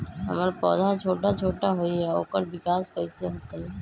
हमर पौधा छोटा छोटा होईया ओकर विकास कईसे होतई?